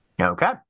Okay